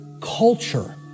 culture